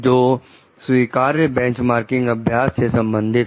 जो स्वीकार्य बेंचमार्किंग अभ्यास से संबंधित है